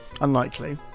Unlikely